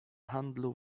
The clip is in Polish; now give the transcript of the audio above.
handlu